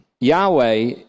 Yahweh